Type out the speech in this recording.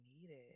needed